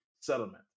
settlement